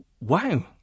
wow